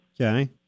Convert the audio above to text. Okay